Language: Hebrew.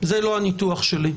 זה לא הניתוח שלי.